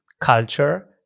culture